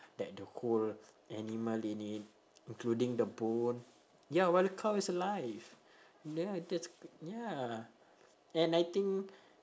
that the whole animal in it including the bone ya while the cow is alive ya that's ya and I think